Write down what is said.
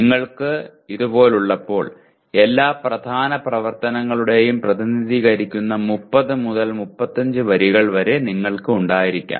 നിങ്ങൾക്ക് ഇതുപോലുള്ളപ്പോൾ എല്ലാ പ്രധാന പ്രവർത്തനങ്ങളെയും പ്രതിനിധീകരിക്കുന്ന 30 മുതൽ 35 വരികൾ വരെ നിങ്ങൾക്ക് ഉണ്ടായിരിക്കാം